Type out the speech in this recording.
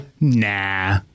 nah